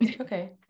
Okay